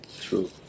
true